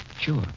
Sure